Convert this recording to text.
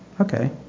Okay